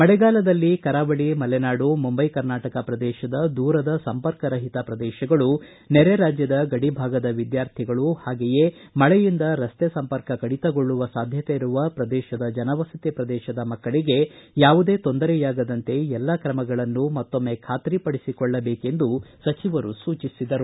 ಮಳೆಗಾಲದಲ್ಲಿ ಕರಾವಳಿ ಮಲೆನಾಡು ಮುಂಬೈ ಕರ್ನಾಟಕ ಪ್ರದೇಶದ ದೂರದ ಸಂಪರ್ಕರಹಿತ ಪ್ರದೇಶಗಳು ನೆರೆ ರಾಜ್ಯದ ಗಡಿಭಾಗದ ವಿದ್ಕಾರ್ಥಿಗಳು ಹಾಗೆಯೇ ಮಳೆಯಿಂದ ರಸ್ತೆ ಸಂಪರ್ಕ ಕಡಿತಗೊಳ್ಳುವ ಸಾಧ್ಯತೆಯಿರುವ ಪ್ರದೇಶದ ಜನವಸತಿ ಪ್ರದೇಶದ ಮಕ್ಕಳಗೆ ಯಾವುದೇ ತೊಂದರೆಯಾಗದಂತೆ ಎಲ್ಲ ಕ್ರಮಗಳನ್ನೂ ಮತ್ತೊಮ್ನೆ ಖಾತರಿ ಪಡಿಸಿಕೊಳ್ಳಬೇಕೆಂದು ಸಚಿವರು ಸೂಚಿಸಿದರು